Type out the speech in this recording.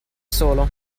solo